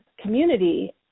community